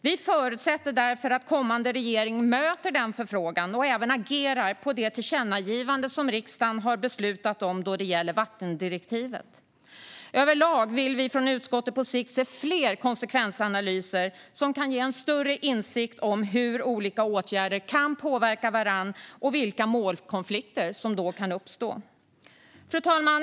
Vi förutsätter därför att kommande regering möter denna förfrågan och även agerar på det tillkännagivande som riksdagen har beslutat om då det gäller vattendirektivet. Överlag vill vi från utskottet på sikt se fler konsekvensanalyser som kan ge en större insikt om hur olika åtgärder kan påverka varandra och vilka målkonflikter som då kan uppstå. Fru talman!